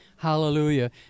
Hallelujah